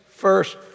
first